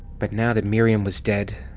but now that miriam was dead,